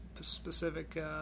specific